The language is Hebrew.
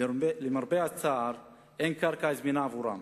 למרבה הצער אין קרקע זמינה בעבורם,